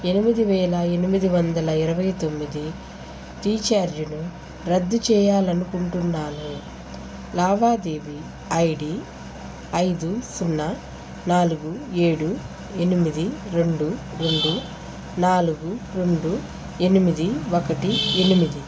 ఎనిమిది వేల ఎనిమిది వందల ఇరవై తొమ్మిది రీఛార్జ్ను రద్దు చేయాలని అనుకుంటున్నాను లావాదేవి ఐడి ఐదు సున్నా నాలుగు ఏడు ఎనిమిది రెండు రెండు నాలుగు రెండు ఎనిమిది ఒకటి ఎనిమిది